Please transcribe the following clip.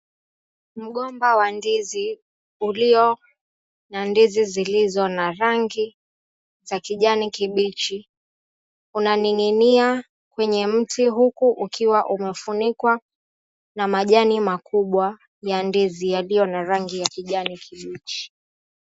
Mgomba wa ndizi ulio na ndizi zilizo na rangi za kijani kibichi unaning'inia kwenye mti huku ukiwa umefunikwa na majani makubwa ya ndizi yaliyo na rangi ya kijani kibichi.